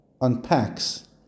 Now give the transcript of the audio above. unpacks